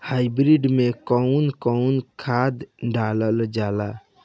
Hybrid में कउन कउन खाद डालल जाला?